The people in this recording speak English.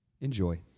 Enjoy